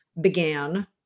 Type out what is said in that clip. began